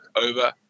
over